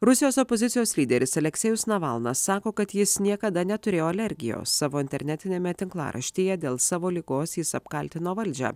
rusijos opozicijos lyderis aleksejus navalnas sako kad jis niekada neturėjo alergijos savo internetiniame tinklaraštyje dėl savo ligos jis apkaltino valdžią